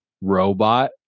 robot